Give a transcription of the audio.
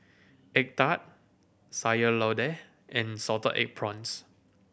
egg tart Sayur Lodeh and salted egg prawns